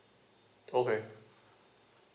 okay